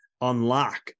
unlock